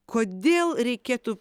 kodėl reikėtų